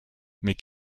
mes